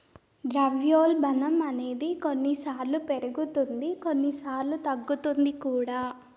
ద్రవ్యోల్బణం అనేది కొన్నిసార్లు పెరుగుతుంది కొన్నిసార్లు తగ్గుతుంది కూడా